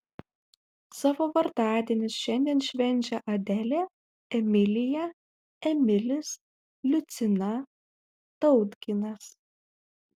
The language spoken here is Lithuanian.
savo vardadienius šiandien švenčia adelė emilija emilis liucina tautginas